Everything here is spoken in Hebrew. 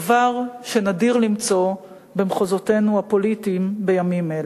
דבר שנדיר למצוא במחוזותינו הפוליטיים בימים אלה.